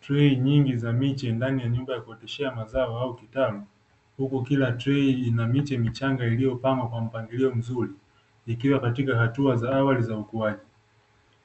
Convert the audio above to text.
Trei nyingi za miche ndani ya nyumba ya kuoteshea mazao, huku kila trei ina miche michanga iiyopangwa vizuri ikiwa katika hatua za awali za ukuaji,